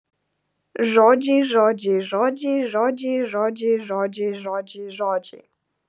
žodžiai žodžiai žodžiai žodžiai žodžiai žodžiai žodžiai žodžiai